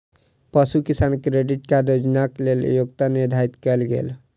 पशु किसान credit card योजनाक लेल योग्यता निर्धारित कयल गेल